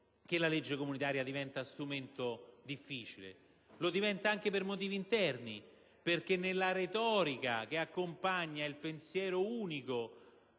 che la legge comunitaria diventa strumento difficile. Lo diventa anche per motivi interni, perché, nella retorica che accompagna il pensiero unico